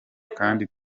kandi